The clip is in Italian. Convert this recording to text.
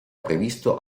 previsto